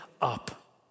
up